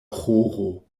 ĥoro